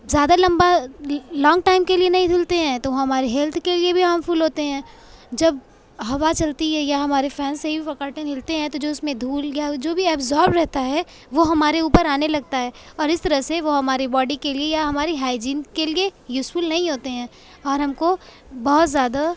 زیادہ لمبا long time کے لیے نہیں دھلتے ہیں تو ہماری ہیلتھ کے لیے بھی ہامفل ہوتے ہیں جب ہوا چلتی ہے یا ہمارے فین سے ہی وہ کرٹین ہلتے ہیں تو جو اس میں دھول یا جو بھی ہے ابزورب رہتا ہے وہ ہمارے اوپر آنے لگتا ہے اور اس طرح سے وہ ہماری باڈی کے لیے یا ہماری ہائجین کے لیے یوزفل نہیں ہوتے ہیں اور ہم کو بہت زیادہ